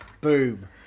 Boom